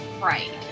right